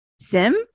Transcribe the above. Sim